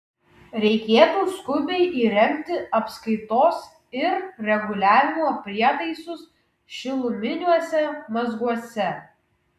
reikėtų skubiai įrengti apskaitos ir reguliavimo prietaisus šiluminiuose mazguose